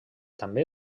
també